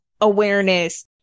awareness